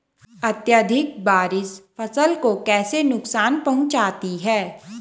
अत्यधिक बारिश फसल को कैसे नुकसान पहुंचाती है?